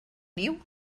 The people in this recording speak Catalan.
niu